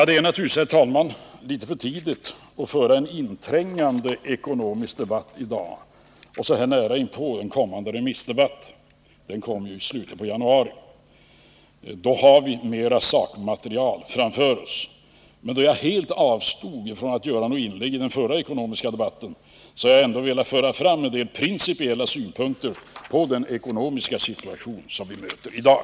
Det är naturligtvis, herr talman, litet för tidigt att föra en inträngande ekonomisk debatt i dag och så nära inpå en kommande allmänpolitisk debatt —-den kommer ju i slutet på januari, och då har vi mer sakmaterial framför oss. Men eftersom jag helt avstod från att ge mig in i den förra ekonomiska debatten har jag ändå velat föra fram en del principiella synpunkter på den ekonomiska situation som vi möter i dag.